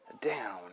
down